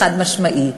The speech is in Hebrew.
חד-משמעי.